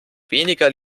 weniger